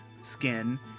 skin